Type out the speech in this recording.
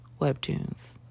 webtoons